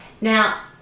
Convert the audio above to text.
Now